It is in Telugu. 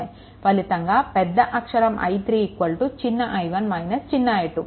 ఫలితంగా పెద్ద అక్షరం I3 చిన్న i1 - చిన్న i2